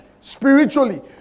spiritually